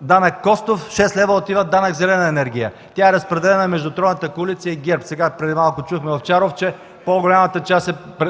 данък „Костов”, 6 лв. отиват данък „зелена енергия”. Тя е разпределена между тройната коалиция и ГЕРБ. Преди малко чухме Овчаров, че по-голямата част е била